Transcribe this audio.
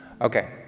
Okay